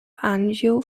anjou